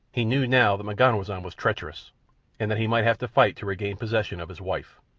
he knew now that m'ganwazam was treacherous and that he might have to fight to regain possession of his wife.